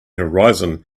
horizon